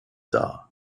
dar